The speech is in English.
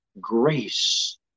grace